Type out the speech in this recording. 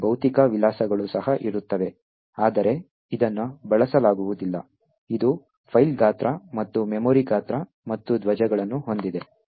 ಈ ಭೌತಿಕ ವಿಳಾಸಗಳು ಸಹ ಇರುತ್ತವೆ ಆದರೆ ಇದನ್ನು ಬಳಸಲಾಗುವುದಿಲ್ಲ ಇದು ಫೈಲ್ ಗಾತ್ರ ಮತ್ತು ಮೆಮೊರಿಗಾತ್ರ ಮತ್ತು ಧ್ವಜಗಳನ್ನು ಹೊಂದಿದೆ